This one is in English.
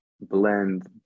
blend